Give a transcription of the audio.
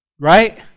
Right